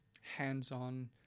hands-on